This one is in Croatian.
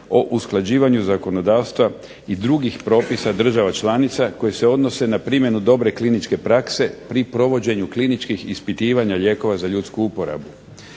o usklađivanju zakonodavstva i drugih propisa država članica koje se odnose na primjenu dobre prakse pri provođenju kliničkih ispitivanja lijekova za ljudsku uporabu.